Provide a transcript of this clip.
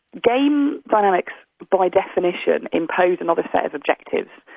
game dynamics by definition, impose another set of objective,